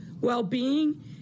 well-being